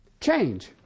Change